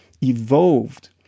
evolved